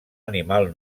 animal